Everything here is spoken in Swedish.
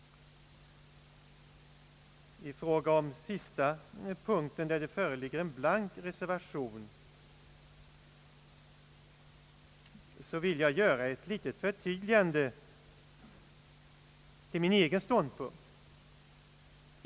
I fråga om den sista punkten, där det föreligger en blank reservation, vill jag göra ett litet förtydligande till min egen ståndpunkt.